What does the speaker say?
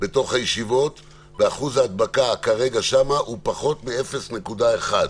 בישיבות ואחוז ההדבקה שם כרגע הוא פחות מ-0.1%.